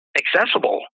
accessible